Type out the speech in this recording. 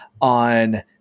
on